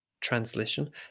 translation